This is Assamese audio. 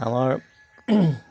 আমাৰ